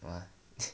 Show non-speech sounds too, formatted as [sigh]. [noise]